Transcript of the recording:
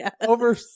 over